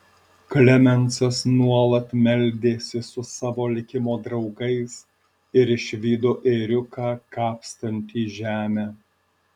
klemensas nuolat meldėsi su savo likimo draugais ir išvydo ėriuką kapstantį žemę